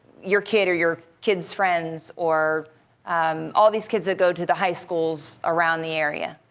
your kid or your kids' friends or all these kids go to the high schools around the area.